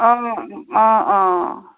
অঁ অঁ অঁ